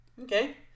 Okay